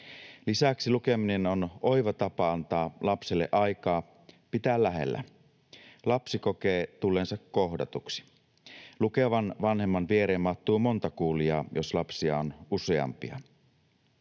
Lisäksi lukeminen on oiva tapa antaa lapselle aikaa, pitää lähellä. Lapsi kokee tulleensa kohdatuksi. Lukevan vanhemman viereen mahtuu monta kuulijaa, jos lapsia on useampia.